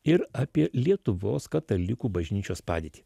ir apie lietuvos katalikų bažnyčios padėtį